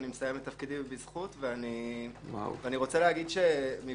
אני מסיים את תפקידי ואני רוצה להגיד שמבחינתי,